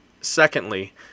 Secondly